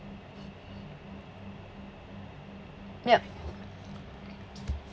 yup